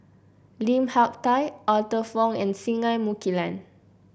Lim Hak Tai Arthur Fong and Singai Mukilan